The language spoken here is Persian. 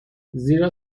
زیرا